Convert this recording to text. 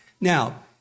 Now